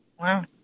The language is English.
Wow